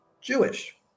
Jewish